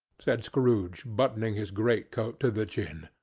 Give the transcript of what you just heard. said scrooge, buttoning his great-coat to the chin.